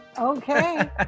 Okay